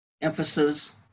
emphasis